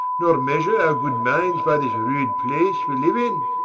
nor measure our good minds by this rude place we live in.